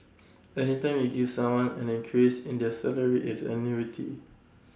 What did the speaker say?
any time you give someone an increase in their salary it's an annuity